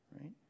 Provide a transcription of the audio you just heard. right